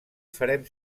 farem